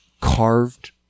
carved